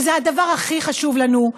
שזה הדבר הכי חשוב לנו,